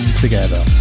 together